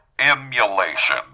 Emulation